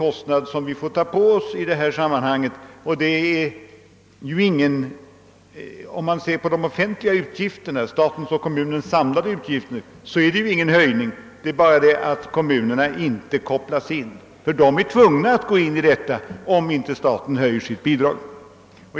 Om man ser på statens och kommunernas samlade utgifter, finner man att det inte rör sig om någon höjning, utan bara om att kommunerna inte kopplas in. De är nämligen tvungna att bidra, om inte staten höjer sitt bidrag.